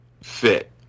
fit